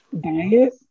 Diet